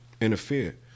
interfere